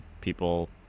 people